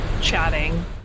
chatting